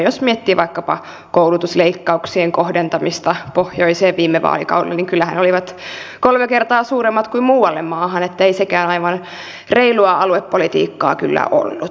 jos miettii vaikkapa koulutusleikkauksien kohdentamista pohjoiseen viime vaalikaudella niin kyllähän ne olivat kolme kertaa suuremmat kuin muualle maahan niin että ei sekään aivan reilua aluepolitiikkaa kyllä ollut